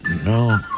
No